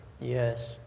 Yes